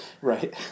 Right